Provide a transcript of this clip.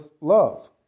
love